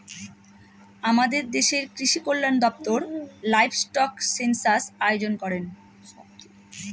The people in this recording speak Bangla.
আমাদের দেশের কৃষিকল্যান দপ্তর লাইভস্টক সেনসাস আয়োজন করেন